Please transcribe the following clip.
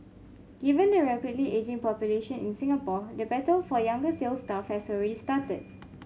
given the rapidly ageing population in Singapore the battle for younger sales staff has already started